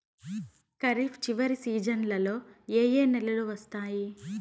ఖరీఫ్ చివరి సీజన్లలో ఏ ఏ నెలలు వస్తాయి